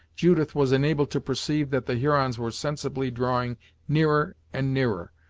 judith was enabled to perceive that the hurons were sensibly drawing nearer and nearer,